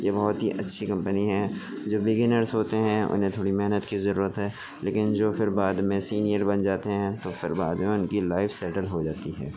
یہ بہت ہی اچھی کمپنی ہے جو بگنرس ہوتے ہیں انہیں تھوڑی محنت کی ضرورت ہے لیکن جو پھر بعد میں سینئر بن جاتے ہیں تو پھر بعد میں ان کی لائف سیٹل ہو جاتی ہے